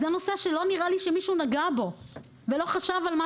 זה נושא שלא נראה לי שמישהו נגע בו ולא חשב על מה